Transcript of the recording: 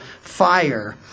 fire